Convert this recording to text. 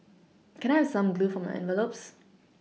can I have some glue for my envelopes